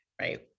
right